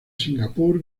singapur